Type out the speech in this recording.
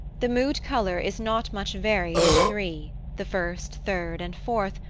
the mood-color is not much varied in three, the first, third and fourth,